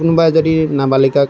কোনোবাই যদি নাবালিকাক